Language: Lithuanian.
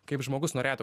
kaip žmogus norėtų